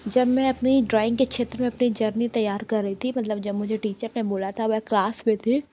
जब मैं अपनी ड्रॉइंग के क्षेत्र में अपनी जर्नी तैयार कर रही थी मतलब जब मुझे टीचर ने बोला था मैं क्लास में थी